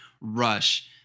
rush